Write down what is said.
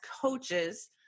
coaches